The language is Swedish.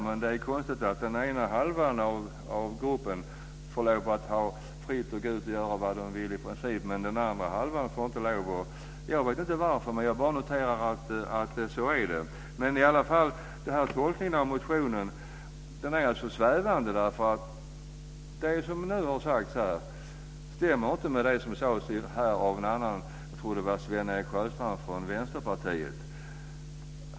Men det är konstigt att den ena halvan av gruppen får gå ut och göra i princip vad de vill, men den andra halvan får inte göra det. Jag vet inte varför. Jag bara noterar att det är så. Tolkningen av motionen är svävande. Det som nu har sagts här stämmer inte med det som sades av Sven-Erik Sjöstrand från Vänsterpartiet.